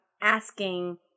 asking